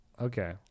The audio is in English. Okay